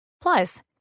Plus